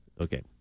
Okay